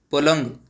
पलंग